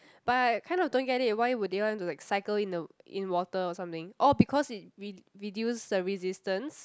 but I kind of don't get it why would they want to like cycle in the in water or something orh because it re~ reduce the resistance